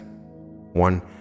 one